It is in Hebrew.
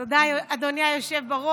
תודה, אדוני היושב-ראש.